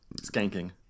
skanking